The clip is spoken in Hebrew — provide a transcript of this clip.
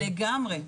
לגמרי.